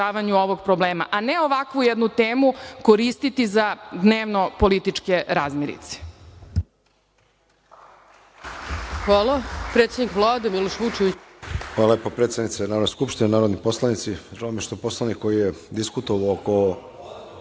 ovog problema a ne ovakvu jednu temu koristiti za dnevno političke razmirice.